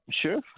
Sure